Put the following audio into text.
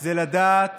זה לדעת